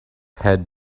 head